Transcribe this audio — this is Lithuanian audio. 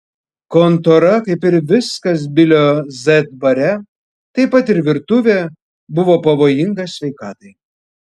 kontora kaip ir viskas bilio z bare taip pat ir virtuvė buvo pavojinga sveikatai